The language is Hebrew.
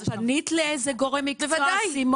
את פנית לאיזה גורם מקצועי?